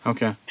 Okay